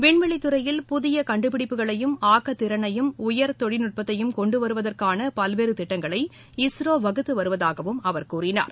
விண்வெளித்துறையில் புதிய கண்டுபிடிப்புகளையும் ஆக்கத்திறனையும் உயர் தொழில்நுட்பத்தையும் கொண்டு வருவதற்கான பல்வேறு திட்டங்களை இஸ்ரோ வகுத்து வருவதாகவும் அவர் கூறினார்